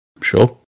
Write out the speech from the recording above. Sure